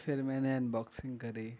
پھر میں نے انباکسنگ کری